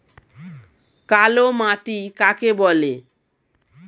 কালো মাটি কাকে বলে?